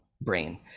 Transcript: brain